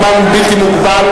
הזמן הוא בלתי מוגבל,